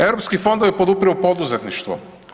Europski fondovi podupiru poduzetništvo.